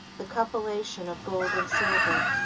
the cupellation of gold and silver,